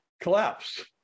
collapsed